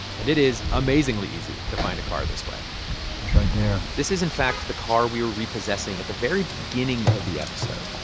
and it is amazingly easy to find a car this way it's right there this is, in fact, the car we were repossessing at the very beginning of the episode.